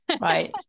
Right